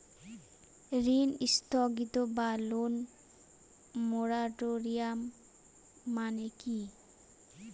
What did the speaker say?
ঋণ স্থগিত বা লোন মোরাটোরিয়াম মানে কি?